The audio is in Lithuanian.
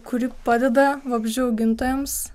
kuri padeda vabzdžių augintojams